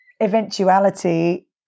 eventuality